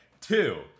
Two